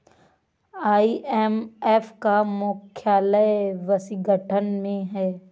IMF का मुख्यालय Washington में है